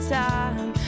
time